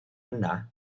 yna